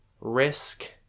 risk